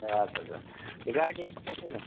सात हजार गाडी अनि कस्तो छ